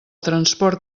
transport